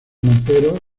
monteros